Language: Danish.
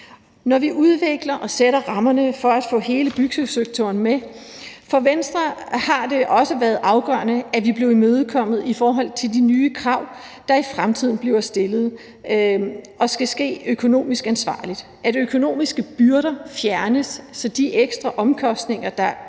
når vi udvikler og sætter rammerne for at få hele byggesektoren med. For Venstre har det også været afgørende, at vi blev imødekommet i forhold til de nye krav, der i fremtiden bliver stillet, og som skal ske økonomisk ansvarligt – at økonomiske byrder fjernes, så de ekstra omkostninger, der